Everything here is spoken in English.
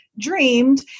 dreamed